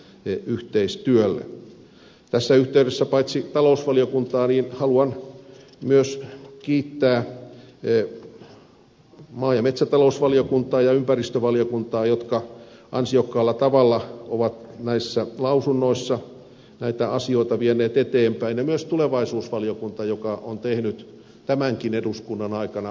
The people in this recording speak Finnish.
tässä yhteydessä haluan kiittää paitsi talousvaliokuntaa myös maa ja metsätalousvaliokuntaa ja ympäristövaliokuntaa jotka ansiokkaalla tavalla ovat näissä lausunnoissa näitä asioita vieneet eteenpäin ja myös tulevaisuusvaliokuntaa joka on tehnyt tämänkin eduskunnan aikana mittavaa työtä